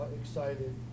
excited